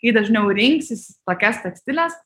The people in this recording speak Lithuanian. kai dažniau rinksis tokias tekstiles